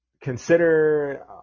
Consider